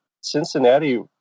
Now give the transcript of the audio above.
Cincinnati